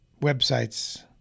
websites